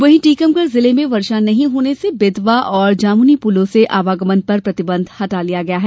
वहीं टीकमगढ़ जिले में वर्षा नहीं होने से बेतवा और जामुनी पुलों से आगमन पर प्रतिबन्ध हटा लिया गया है